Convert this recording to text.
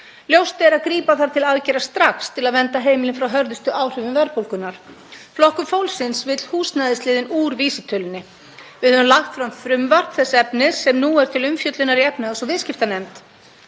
Ljóst er að grípa þarf til aðgerða strax til að vernda heimilin frá hörðustu áhrifum verðbólgunnar. Flokkur fólksins vill húsnæðisliðinn úr vísitölunni. Við höfum lagt fram frumvarp þess efnis sem nú er til umfjöllunar í efnahags- og viðskiptanefnd.